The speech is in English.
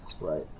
Right